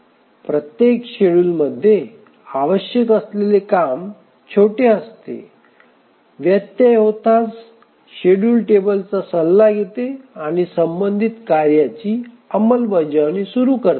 प्रत्येक शेड्यूलमध्ये आवश्यक असलेले काम छोटे असते व्यत्यय होताच शेड्यूल टेबलचा सल्ला घेते आणि संबंधित कार्याची अंमलबजावणी सुरू करते